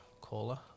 Caller